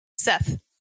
seth